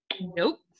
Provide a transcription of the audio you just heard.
Nope